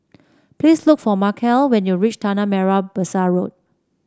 please look for Markell when you reach Tanah Merah Besar Road